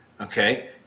okay